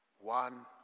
One